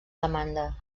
demanda